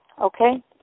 Okay